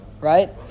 Right